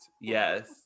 Yes